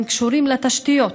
הם קשורים לתשתיות,